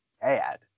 bad